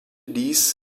dies